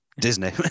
Disney